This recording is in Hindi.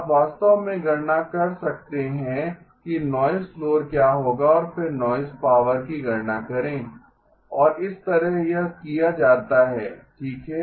आप वास्तव में गणना कर सकते हैं कि नॉइज़ फ्लोर क्या होगा और फिर नॉइज़ पावर की गणना करें और इस तरह यह किया जाता है ठीक है